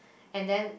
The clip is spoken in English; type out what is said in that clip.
and then